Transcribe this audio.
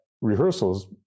rehearsals